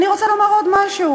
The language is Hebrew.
אני רוצה לומר עוד משהו.